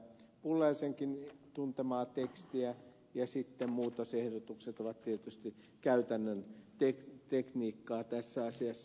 pulliaisenkin tuntemaa tekstiä ja sitten muutosehdotukset ovat tietysti käytännön tekniikkaa tässä asiassa